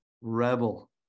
Rebel